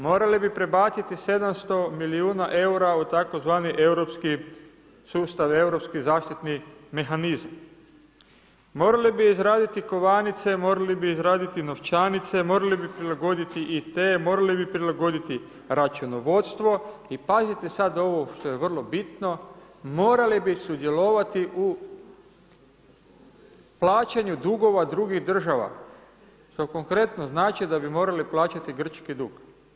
Morali bi prebaciti 700 milijuna eura u tzv. europski sustav, europski zaštitni mehanizam, morali bi izraditi kovanice, morali bi izraditi novčanice, morali bi prilagoditi i te, morali bi prilagoditi računovodstvo i pazite sad ovo što je vrlo bitno, morali bi sudjelovati u plaćanju dugova drugih država, što konkretno znači da bi morali plaćati grčki dug.